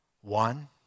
one